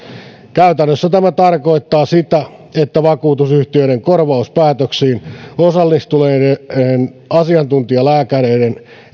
käytännössä tämä tarkoittaa sitä että vakuutusyhtiöiden korvauspäätöksiin osallistuneiden asiantuntijalääkäreiden